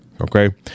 Okay